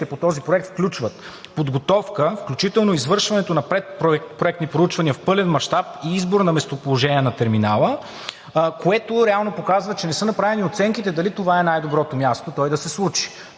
по този проект включват подготовка, включително извършването на предпроектни проучвания в пълен мащаб, и избор на местоположение на терминала, което реално показва, че не са направени оценките дали това е най-доброто място той да се случи.